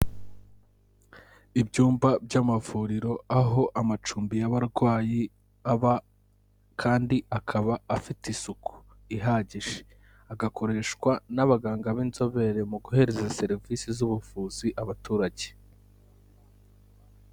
Ibyumba by'amavuriro aho amacumbi y'abarwayi aba kandi akaba afite isuku ihagije agakoreshwa n'abaganga b'inzobere mu guhereza serivisi z'ubuvuzi abaturage.